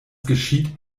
geschieht